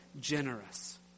generous